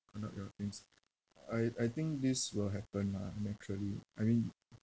not your ins~ I I think this will happen lah naturally I mean